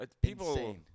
people